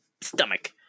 stomach